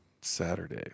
Saturday